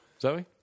Zoe